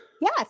Yes